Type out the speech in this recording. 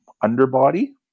underbody